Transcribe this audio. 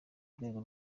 rwego